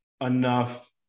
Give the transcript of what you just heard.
enough